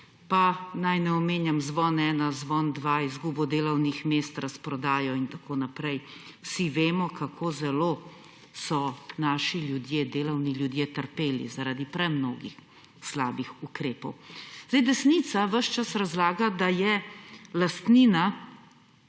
Pa da ne omenjam Zvon Ena, Zvon Dva, izgube delovnih mest, razprodaje in tako naprej. Vsi vemo, kako zelo so naši ljudje, delovni ljudje trpeli zaradi premnogih slabih ukrepov. Desnica ves čas razlaga, da je lastnina